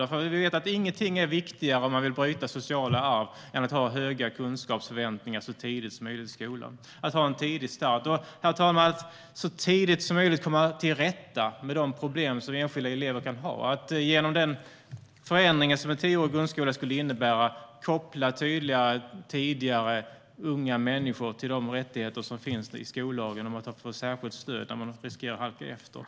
Vi vet ju att inget är viktigare, om man vill bryta sociala arv, än att ha höga kunskapsförväntningar så tidigt som möjligt i skolan, att ha en tidig start. Herr talman! Det gäller att så tidigt som möjligt komma till rätta med de problem som enskilda elever kan ha, att genom den förändring som en tioårig grundskola skulle innebära koppla unga människor till de rättigheter som finns i skollagen om att få särskilt stöd när de riskerar att halka efter.